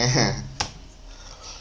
(uh huh)